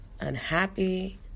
unhappy